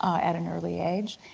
at an early age.